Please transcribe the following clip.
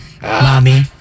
mommy